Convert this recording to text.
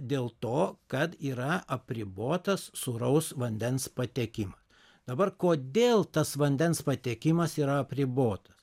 dėl to kad yra apribotas sūraus vandens patekima dabar kodėl tas vandens patekimas yra apribotas